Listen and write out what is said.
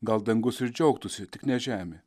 gal dangus ir džiaugtųsi tik ne žemė